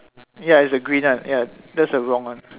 ya is the green one ya that's a wrong one